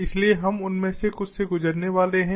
इसलिए हम उनमें से कुछ से गुजरने वाले हैं